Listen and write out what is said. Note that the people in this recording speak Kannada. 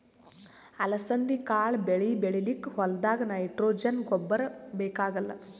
ಅಲಸಂದಿ ಕಾಳ್ ಬೆಳಿ ಬೆಳಿಲಿಕ್ಕ್ ಹೋಲ್ದಾಗ್ ನೈಟ್ರೋಜೆನ್ ಗೊಬ್ಬರ್ ಬೇಕಾಗಲ್